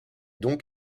donc